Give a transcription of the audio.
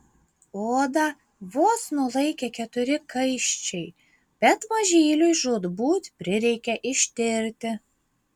odą vos nulaikė keturi kaiščiai bet mažyliui žūtbūt prireikė ištirti